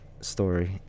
story